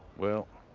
well,